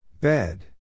Bed